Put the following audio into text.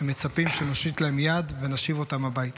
הם מצפים שנושיט להם יד ונשיב אותם הביתה.